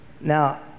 Now